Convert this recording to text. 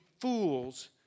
fools